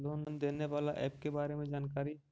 Loan देने बाला app के बारे मे जानकारी?